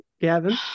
Gavin